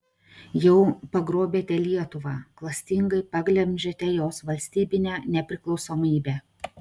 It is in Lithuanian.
jau pagrobėte lietuvą klastingai paglemžėte jos valstybinę nepriklausomybę